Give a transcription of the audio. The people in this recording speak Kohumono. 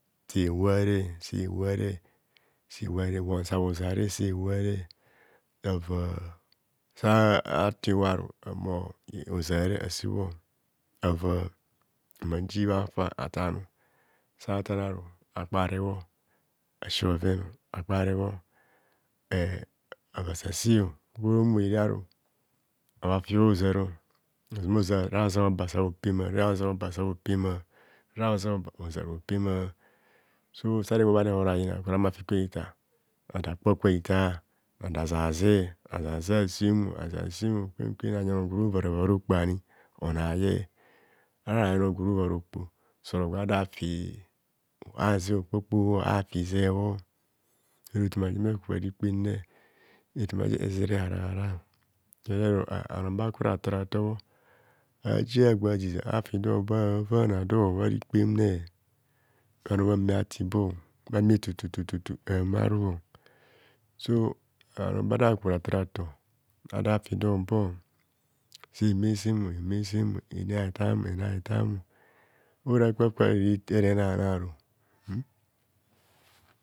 Seware seware seware bhuwong sa bhuzare seware ndanva saha eto iwaru ahumo hozare asebho ava ahumo aji bhafa a tarn satarnary akpare asi bho veno akpare bho eh ava se se gworomoiraru ava fi bha hozar ozang ozar re hauzen hoba sa hopema re hauzen oba sahopema re azeaba oza hopema so sara ihubharohon ayina jara haimo afi kwe hitar otcar a- kpokwe hitar ada zaze, azazen asemo aze asemo kwen kwen anya ye ono gworo ovara vara okpo ani ono aye sada ayeyen gworo vara okpo so doro a fi aze okpokpoho bho afi izebho ora efoma je humo eku bharikpemne. etomaje ezere eharahara serero ah bhano bhaku retoreto bho jia bhazizia bhafi do obor bharikpemme. bhanor bhame bhatibo bhame toototototo amaruo so bhuno baragba ratorato ada fido hobo se me sim eme sim ena etam ena etam orakwa kwery ado ere nanary hmm